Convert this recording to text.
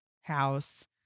house